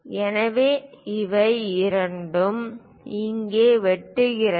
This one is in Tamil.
எனவே இவை இரண்டும் இங்கே வெட்டுகின்றன